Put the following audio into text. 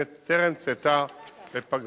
טרם צאתה לפגרה.